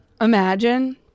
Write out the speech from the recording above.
imagine